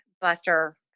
Buster